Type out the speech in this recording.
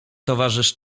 towarzysz